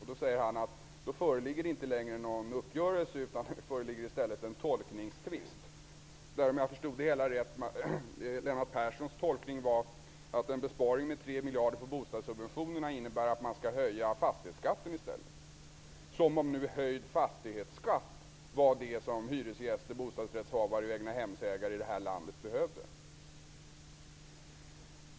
Han sade att det då inte längre föreligger någon uppgörelse utan att det i stället föreligger en tolkningstvist. Om jag förstod det hela rätt var Lennart Nilssons tolkning att en besparing med 3 miljarder kronor på bostadssubventionerna innebär att man skall höja fastighetsskatten i stället, som om nu höjd fastighetsskatt var det som hyresgäster, bostadsrättshavare och egnahemsägare i det här landet behövde!